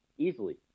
Easily